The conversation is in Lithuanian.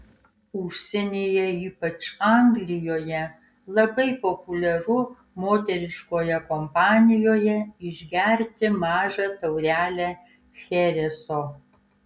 užsienyje ypač anglijoje labai populiaru moteriškoje kompanijoje išgerti mažą taurelę chereso